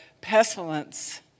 pestilence